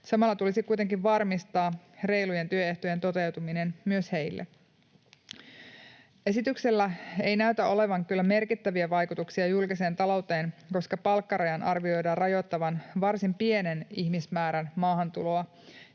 Samalla tulisi kuitenkin varmistaa reilujen työehtojen toteutuminen myös heille. Esityksellä ei näytä olevan kyllä merkittäviä vaikutuksia julkiseen talouteen, koska palkkarajan arvioidaan rajoittavan varsin pienen ihmismäärän maahantuloa